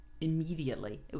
immediately